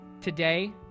today